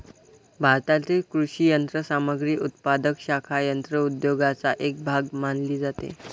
भारतातील कृषी यंत्रसामग्री उत्पादक शाखा यंत्र उद्योगाचा एक भाग मानली जाते